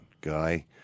guy